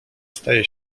staje